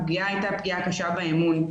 הפגיעה הייתה פגיעה קשה באמון.